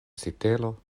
sitelo